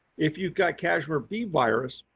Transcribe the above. if you've got kashmir bee virus.